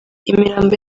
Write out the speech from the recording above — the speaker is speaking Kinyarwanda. imirambo